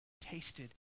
tasted